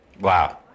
wow